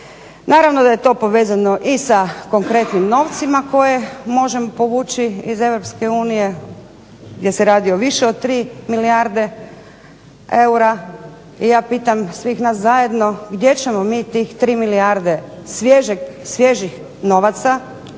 Naravno da je to povezano i sa konkretnim novcima koje možemo povući iz Europske unije gdje se radi o više od 3 milijarde eura. I ja pitam svih nas zajedno gdje ćemo mi tih 3 milijarde svježih novaca,